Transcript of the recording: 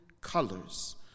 colors